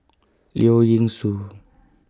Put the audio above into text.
Leong Yee Soo